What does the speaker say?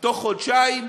בתוך חודשיים,